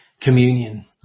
communion